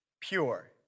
pure